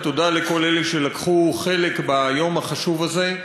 ותודה לכל אלה שלקחו חלק ביום החשוב הזה,